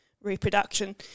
reproduction